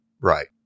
Right